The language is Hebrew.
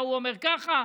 וההוא אומר ככה,